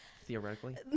Theoretically